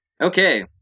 Okay